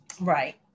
Right